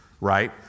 Right